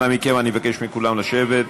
אנא מכם, אני מבקש מכולם לשבת.